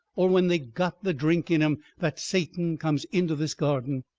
or when they got the drink in em that satan comes into this garden.